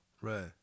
Right